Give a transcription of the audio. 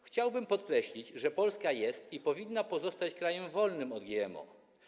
Chciałbym podkreślić, że Polska jest i powinna pozostać krajem wolnym od GMO.